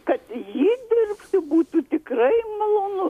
kad jį dirbti būtų tikrai malonu